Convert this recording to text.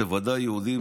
בוודאי יהודים,